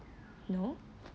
no